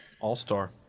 all-star